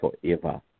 forever